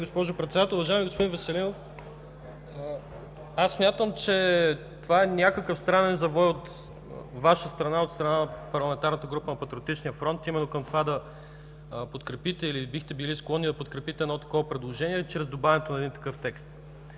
аз смятам, че това е някакъв странен завой от Ваша страна, от страна на Парламентарната група на Патриотичния фронт, именно към това да подкрепите или бихте били склонни да подкрепите едно такова предложение чрез добавянето на един такъв текст.